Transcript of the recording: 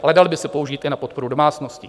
Ale daly by se použít i na podporu domácností.